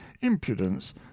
impudence